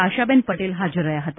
આશાબેન પટેલ હજાર રહ્યા હતા